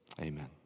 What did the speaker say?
amen